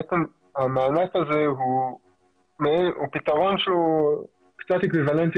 בעצם המענק הזה הוא פתרון שהוא קצת אקוויוולנטי